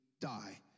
die